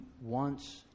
wants